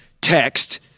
text